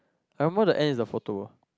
I remember the end is the photo